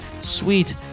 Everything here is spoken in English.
sweet